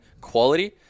quality